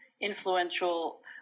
influential